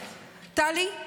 טלי,